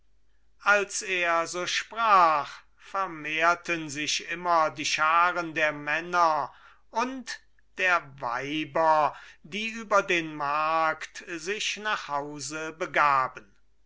als er so sprach vermehrten sich immer die scharen der männer und der weiber die über den markt sich nach hause begaben